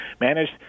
managed